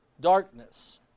darkness